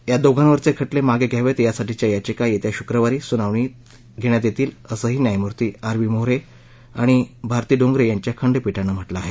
या दोघांवरील खटले मागे घ्यावेत यासाठीच्या याचिका येत्या शुक्रवारी सुनावणीत घेण्यात येईल असेही न्यायमूर्ती आर व्ही मोरे आणि भारती डोंगरे यांच्या खंड पीठांनं म्हटलं आहे